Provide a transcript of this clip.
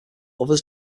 others